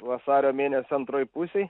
vasario mėnesio antroj pusėj